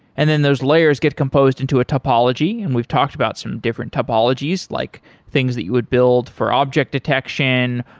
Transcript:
and then those layers get composed into a topology, and we've talked about some different topologies, like things that you would build for object detection,